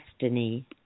destiny